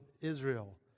Israel